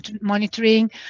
monitoring